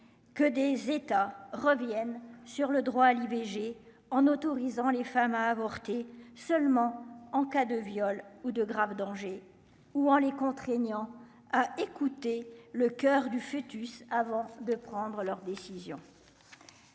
que des États reviennent sur le droit à l'IVG en autorisant les femmes à avorter seulement en cas de viol ou de grave danger ou en les contraignant à écouter le coeur du foetus avant de prendre leur décision,